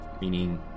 meaning